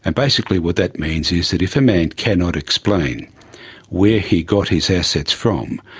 and basically what that means is that if a man cannot explain where he got his assets from,